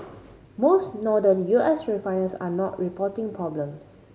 most Northern U S refiners are not reporting problems